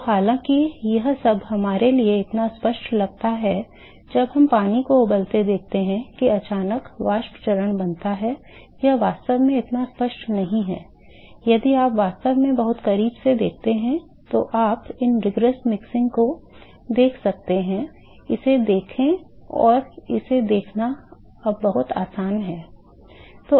तो हालांकि यह सब हमारे लिए इतना स्पष्ट लगता है जब हम पानी को उबलते देखते हैं कि अचानक वाष्प चरण बनता है यह वास्तव में इतना स्पष्ट नहीं है यदि आप वास्तव में बहुत करीब से देखते हैं तो आप इन rigorous mixing को देख सकते हैं इसे देखें और इसे देखना बहुत आसान है